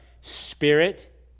spirit